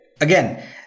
again